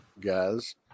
guys